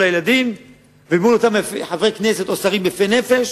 הילדים ומול אותם חברי כנסת או שרים יפי נפש